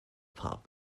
pub